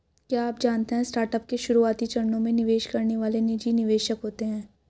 क्या आप जानते है स्टार्टअप के शुरुआती चरणों में निवेश करने वाले निजी निवेशक होते है?